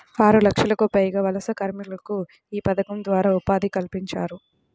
ఆరులక్షలకు పైగా వలస కార్మికులకు యీ పథకం ద్వారా ఉపాధి కల్పించారు